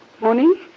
Morning